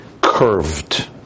curved